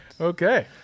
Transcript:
Okay